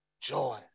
Joy